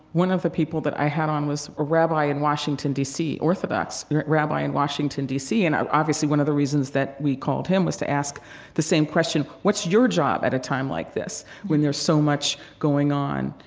one of the people that i had on was a rabbi in washington, d c. orthodox rabbi in washington, d c. and obviously one of the reasons that we called him was to ask the same question, what's your job at a time like this? when there's so much going on,